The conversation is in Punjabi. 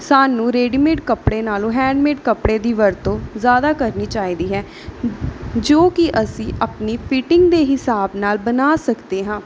ਸਾਨੂੰ ਰੇਡੀਮੇਡ ਕੱਪੜੇ ਨਾਲੋਂ ਹੈਂਡਮੇਡ ਕੱਪੜੇ ਦੀ ਵਰਤੋਂ ਜ਼ਿਆਦਾ ਕਰਨੀ ਚਾਹੀਦੀ ਹੈ ਜੋ ਕਿ ਅਸੀਂ ਆਪਣੀ ਫੀਟਿੰਗ ਦੇ ਹਿਸਾਬ ਨਾਲ ਬਣਾ ਸਕਦੇ ਹਾਂ